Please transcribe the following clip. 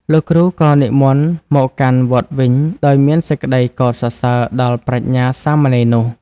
លោកគ្រូក៏និមន្តមកកាន់វត្តវិញដោយមានសេចក្តីកោតសរសើរដល់ប្រាជ្ញាសាមណេរនោះ។